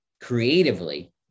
creatively